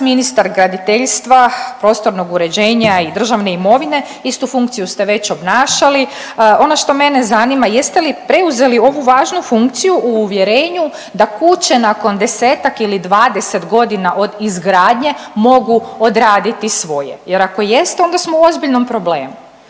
ministar graditeljstva, prostornog uređenja i državne imovine, istu funkciju ste već obnašali. Ono što mene zanima, jeste li preuzeli ovu važnu funkciju u uvjerenju da kuće nakon desetak ili dvadeset godina od izgradnje mogu odraditi svoje? Jer ako jeste onda ste u ozbiljnom problemu.